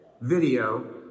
video